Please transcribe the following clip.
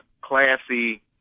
classy